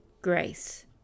grace